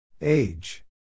Age